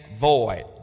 void